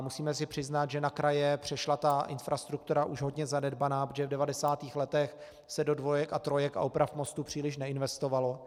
Musíme si přiznat, že na kraje přešla ta infrastruktura už hodně zanedbaná, protože v 90. letech se do dvojek a trojek a oprav mostů příliš neinvestovalo.